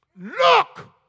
Look